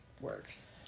works